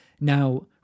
Now